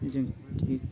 जों बिदि